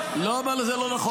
השר, זה לא נכון.